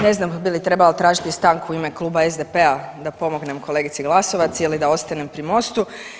Ne znam bi li trebala tražiti stanku u ime kluba SDP-a da pomognem kolegici Glasovac ili da ostanem pri Mostu.